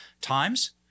times